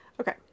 Okay